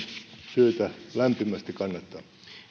syytä lämpimästi kannattaa